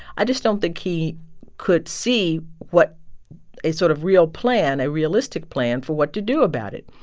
i just don't think he could see what a sort of real plan a realistic plan for what to do about it.